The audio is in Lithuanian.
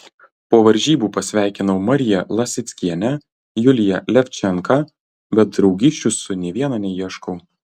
po varžybų pasveikinau mariją lasickienę juliją levčenką bet draugysčių su nė viena neieškau